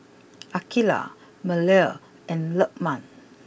Aqeelah Melur and Lukman